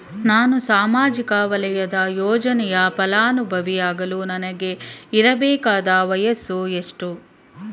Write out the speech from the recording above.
ನಾನು ಸಾಮಾಜಿಕ ವಲಯದ ಯೋಜನೆಯ ಫಲಾನುಭವಿ ಯಾಗಲು ನನಗೆ ಇರಬೇಕಾದ ವಯಸ್ಸು ಎಷ್ಟು?